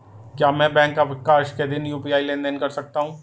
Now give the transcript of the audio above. क्या मैं बैंक अवकाश के दिन यू.पी.आई लेनदेन कर सकता हूँ?